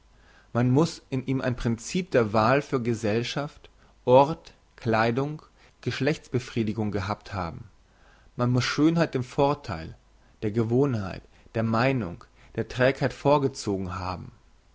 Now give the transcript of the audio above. man muss in ihm ein princip der wahl für gesellschaft ort kleidung geschlechtsbefriedigung gehabt haben man muss schönheit dem vortheil der gewohnheit der meinung der trägheit vorgezogen haben